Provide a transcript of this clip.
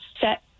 set